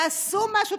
תעשו משהו.